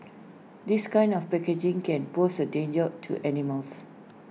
this kind of packaging can pose A danger to animals